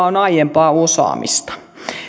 on aiempaa osaamista